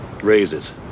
Raises